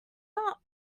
not